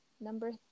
Number